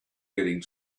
getting